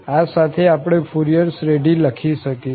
આ સાથે આપણે ફુરિયર શ્રેઢી લખી શકીશું